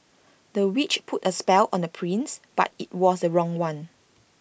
the witch put A spell on the prince but IT was the wrong one